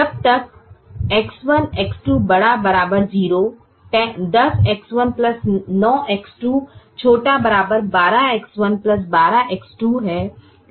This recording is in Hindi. जब तक X1 X2 ≥ 0 10X1 9X2 ≤ 12X1 12X2